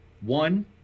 One